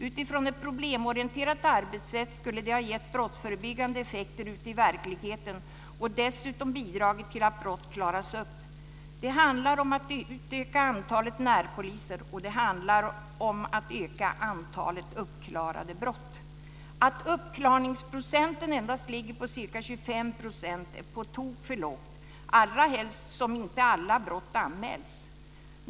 Utifrån ett problemorienterat arbetssätt skulle det ha gett brottsförebyggande effekter ute i verkligheten och dessutom bidragit till att brott klaras upp. Det handlar om att utöka antalet närpoliser, och det handlar om att öka antalet uppklarade brott. En uppklaringsprocent på endast ca 25 % är på tok för lågt - allrahelst som inte alla brott anmäls.